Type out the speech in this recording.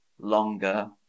longer